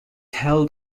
held